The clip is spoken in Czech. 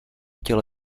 těle